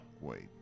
Wait